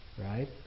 right